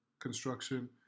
construction